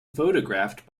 photographed